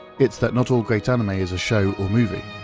it's that not all great anime is a show or movie.